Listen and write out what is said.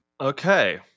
Okay